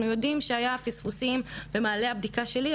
יודעים שהיה פספוסים במעלה הבדיקה שלי,